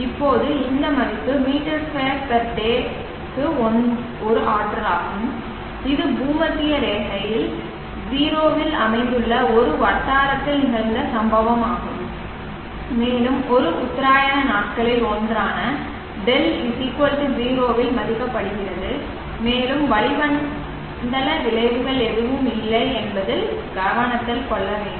இப்போது இந்த மதிப்பு m2 day க்கு ஒரு ஆற்றலாகும் இது பூமத்திய ரேகை 0 0 இல் அமைந்துள்ள ஒரு வட்டாரத்தில் நிகழ்ந்த சம்பவமாகும் மேலும் இது உத்தராயண நாட்களில் ஒன்றான δ 0 இல் மதிப்பிடப்படுகிறது மேலும் வளிமண்டல விளைவுகள் எதுவும் இல்லை என்பதையும் கவனத்தில் கொள்ள வேண்டும்